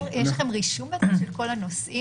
יש גם רישום של כל הנוסעים.